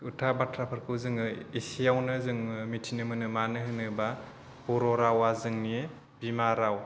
खोथा बाथ्राफोरखौ जोङो एसेआवनो जोङो मिथिनो मोनो मानो होनोबा बर' रावा जोंनि बिमा राव